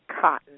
cotton